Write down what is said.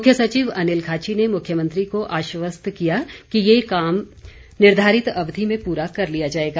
मुख्य सचिव अनिल खाची ने मुख्यमंत्री को आश्वस्त किया कि ये कार्य निर्धारित अवधि में पूरा कर लिया जाएगा